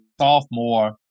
sophomore